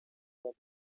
der